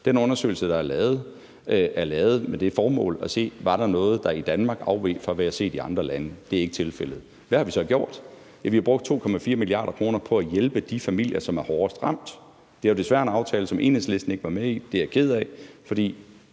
Den undersøgelse, der er lavet, er lavet med det formål at se, om der var noget i Danmark, der afveg fra, hvad der var set i andre lande. Det er ikke tilfældet. Hvad har vi så gjort? Ja, vi har brugt 2,4 mia. kr. på at hjælpe de familier, som er hårdest ramt. Det er desværre en aftale, som Enhedslisten ikke var med i – det er jeg ked af,